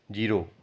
zero